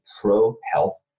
pro-health